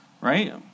Right